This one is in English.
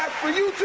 for you too.